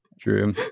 True